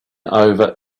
over